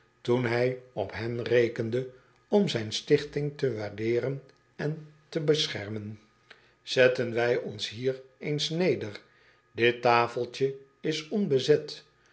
toen hij op hen rekende om zijn stichting te waardeeren en te beschermen acobus raandijk andelingen door ederland met pen en potlood eel etten wij ons hier eens neder it tafeltje is onbezet